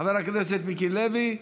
חבר הכנסת מיקי לוי,